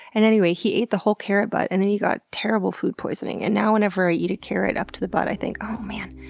and anyway, he ate the whole carrot butt and then he got terrible food poisoning, and now whenever i eat a carrot up to the butt, i think, oh man,